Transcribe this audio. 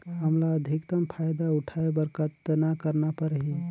हमला अधिकतम फायदा उठाय बर कतना करना परही?